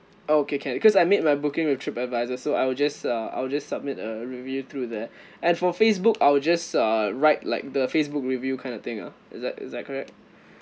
okay can cause I made my booking with trip advisor so I will just uh I will just submit a review through there and for facebook I'll just uh write like the facebook review kind of thing ah is that is that correct